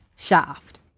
Shaft